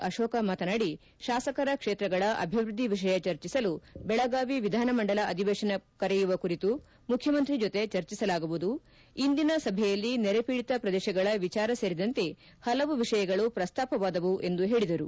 ಅಶೋಕ ಮಾತನಾಡಿ ಶಾಸಕರ ಕ್ಷೇತ್ರಗಳ ಅಭಿವೃದ್ದಿ ವಿಷಯ ಚರ್ಚಿಸಲು ಬೆಳಗಾವಿ ವಿಧಾನಮಂಡಲ ಅಧಿವೇಶನ ಕರೆಯುವ ಕುರಿತು ಮುಖ್ಯಮಂತ್ರಿ ಜೊತೆ ಚರ್ಚಿಸಲಾಗುವುದು ಇಂದಿನ ಸಭೆಯಲ್ಲಿ ನೆರೆ ಪೀಡಿತ ಪ್ರದೇಶಗಳ ವಿಚಾರ ಸೇರಿದಂತೆ ಪಲವು ವಿಷಯಗಳು ಪ್ರಸ್ತಾಪವಾದವು ಎಂದು ಹೇಳದರು